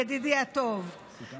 ידידי הטוב,